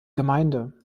gemeinde